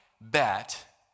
bet